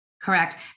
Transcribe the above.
Correct